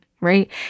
right